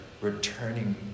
returning